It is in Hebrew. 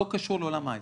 לא קשור לעולם ההייטק.